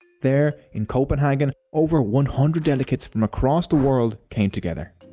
there in copenhagen over one hundred delegates from across the world came together.